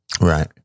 Right